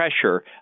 pressure